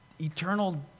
eternal